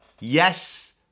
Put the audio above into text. Yes